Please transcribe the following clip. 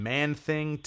Man-Thing